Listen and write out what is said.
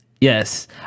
Yes